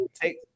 take